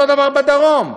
אותו דבר בדרום.